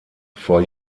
vor